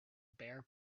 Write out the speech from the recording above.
bare